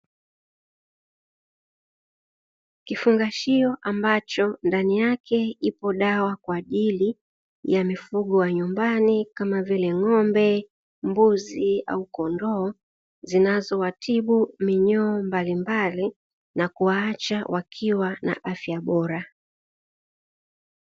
Kifungashio ambacho ndani yake ipo dawa kwa ajili ya mifugo wa nyumbani, kama vile ng'ombe, mbuzi au kondoo; zinazowatibu minyoo mbalimbali na kuwaacha wakiwa na afya bora.